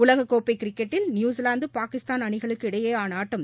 உலகக்கோப்பை கிரிக்கெட்டில் நியூசிலாந்து பாகிஸ்தான் அணிகளுக்கு இடையிலான ஆட்டம்